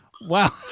wow